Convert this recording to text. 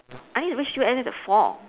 I need to reach U_S_S at four